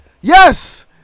Yes